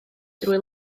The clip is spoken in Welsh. drwy